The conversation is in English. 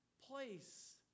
Place